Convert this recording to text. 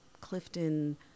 Clifton